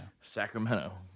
Sacramento